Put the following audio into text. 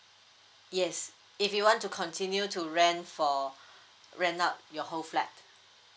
yes if you want to continue to rent for rent out your whole flat